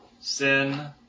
sin